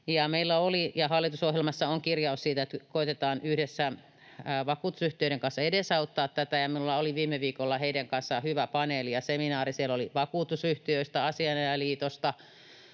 Meillä oli ja hallitusohjelmassa on kirjaus siitä, että koetetaan yhdessä vakuutusyhtiöiden kanssa edesauttaa tätä. Minulla oli viime viikolla heidän kanssaan hyvä paneeli ja seminaari. Siellä oli vakuutusyhtiöistä, Asianajajaliitosta,